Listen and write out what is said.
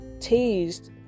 teased